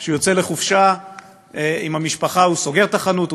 כשהוא יוצא לחופשה עם המשפחה הוא סוגר את החנות,